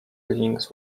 links